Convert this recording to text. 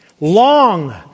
Long